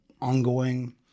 ongoing